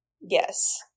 Yes